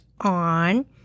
on